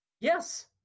Yes